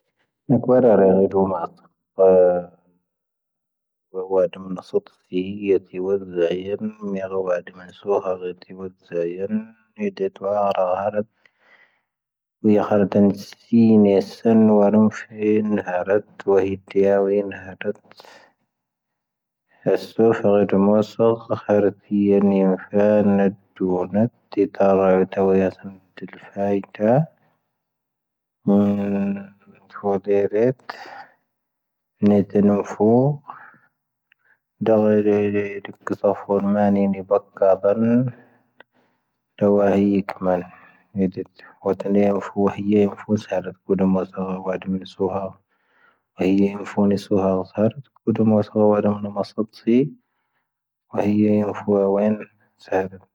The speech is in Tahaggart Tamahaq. ʻOⴷⵀⴻⴻⵔⵉⵜ ⵏⴻⵜⴻ ⵏⵓⴼo, ʻⴷⴰⵍⵀⴻⴻⵔⵉⵜ ʻⴽⵉⵜⴰⴼo ʻⵎⴰⵏⵉ ⵏⵉⴱⴰⴽⴰⴱⴰⵍ ʻⴷⴰⵡⴰⵀⵉ ʻⴽⴰⵎⴰⵏ ʻOⴷⵀⴻⴻⵔⵉⵜ ʻOⴷⵀⴻⴻⵔ ⵏⵉⴼo ʻⵀⵉⴰ ⵏⵉⴼo ʻⵙⴻⵔⵉⵜ ʻⴽⵓⴷⵓⵎⴰⵣⴰⵡⴰⴷⵎ ʻⵙoⵀⴰ ʻⵀⵉⴰ ⵏⵉⴼo ʻⵏⵉ ʻⵙoⵀⴰ ʻⵙⴰⵀⴰⵔⵉⵜ ʻⴽⵓⴷⵓⵎⴰⵣⴰⵡⴰⴷⵎ ʻⵙoⵀⴰ ʻⵙⵓⴱⵜⵣⵉ ʻⵀⵉⴰ ⵏⵉⴼo ʻOⴻⵏ ʻⵙⴰⵀⴰⵔⵉⵜ.